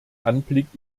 anblick